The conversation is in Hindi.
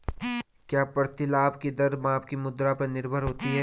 क्या प्रतिलाभ की दर माप की मुद्रा पर निर्भर होती है?